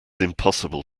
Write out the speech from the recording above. impossible